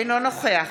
אינו נוכח